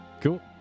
Cool